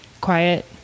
quiet